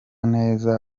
neza